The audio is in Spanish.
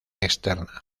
externa